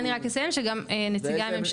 אני רק אציין שנציגי הממשלה גם יושבים כאן.